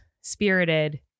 spirited